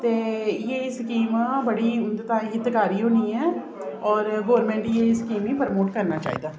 ते इ'यै जेही स्कीम उं'दे ताईं बड़ी हितकारी होनी ऐ और गौरमैंट गी इ'यै जेही स्कीमें गी प्रमोट करना चाहिदा